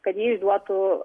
kad ji išduotų